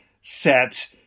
set